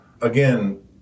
again